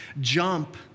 jump